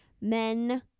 men